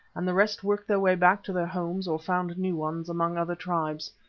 and the rest worked their way back to their homes or found new ones among other tribes.